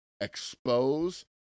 expose